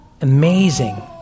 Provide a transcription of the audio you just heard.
amazing